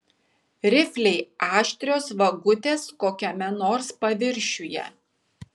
rifliai aštrios vagutės kokiame nors paviršiuje